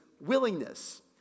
willingness